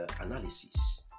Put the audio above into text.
analysis